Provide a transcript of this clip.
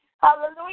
Hallelujah